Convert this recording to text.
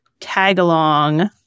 Tagalong